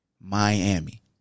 Miami